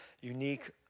Unique